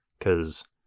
Cause